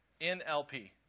NLP